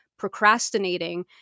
procrastinating